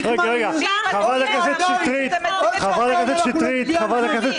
------ חברת הכנסת שטרית, חברת הכנסת